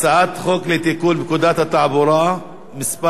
הצעת חוק פיצויי פיטורין (תיקון מס'